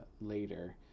later